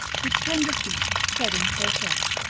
with tender feet treading so soft,